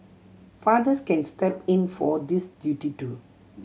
fathers can step in for this duty too